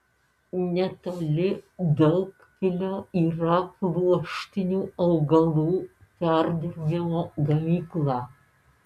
netoli daugpilio yra pluoštinių augalų perdirbimo gamykla